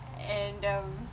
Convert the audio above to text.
and um